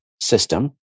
system